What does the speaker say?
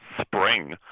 spring